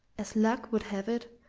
as luck would have it,